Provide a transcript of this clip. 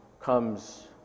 comes